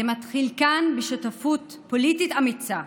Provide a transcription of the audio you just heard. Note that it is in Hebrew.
זה מתחיל כאן, בשותפות פוליטית אמיצה,